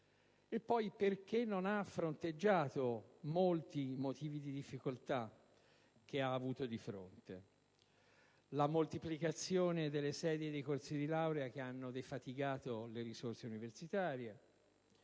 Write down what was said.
e poi perché non ha fronteggiato molti motivi di difficoltà che ha avuto di fronte. Così, la moltiplicazione delle sedi di corsi di laurea ha disperso le risorse universitarie;